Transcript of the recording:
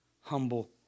humble